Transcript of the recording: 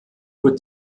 wird